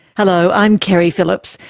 hello, i'm keri phillips.